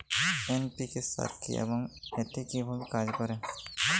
NPK সার কি এবং এটি কিভাবে কাজ করে?